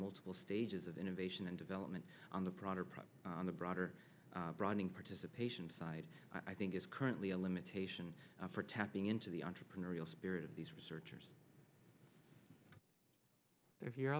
multiple stages of innovation and development on the broader product the broader broadening participation side i think is currently a limitation for tapping into the entrepreneurial spirit of these researchers if you